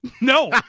No